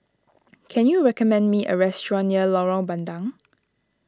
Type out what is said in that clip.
can you recommend me a restaurant near Lorong Bandang